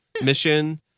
mission